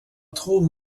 trouve